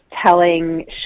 telling